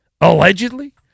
Allegedly